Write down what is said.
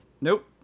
Nope